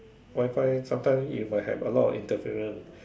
Wifi sometime you might have a lot of interference